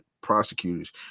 prosecutors